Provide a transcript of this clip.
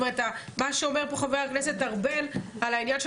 זאת אומרת מה שאומר פה חבר הכנסת ארבל על העניין של